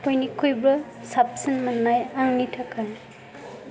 बयनिख्रुइबो साबसिन मोननाय आंनि थाखाय